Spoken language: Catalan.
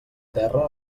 terra